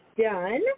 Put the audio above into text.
done